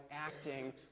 acting